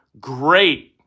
great